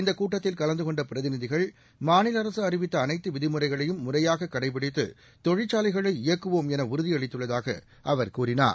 இந்த கூட்டத்தில் கலந்துகொண்ட பிரதிநிதிகள் மாநில அரசு அறிவித்த அனைத்து விதிமுறைகளையும் முறையாக கடைபிடித்து தொழிற்சாலைகளை இயக்குவோம் என உறுதியளித்துள்ளதாக அவர் கூறினார்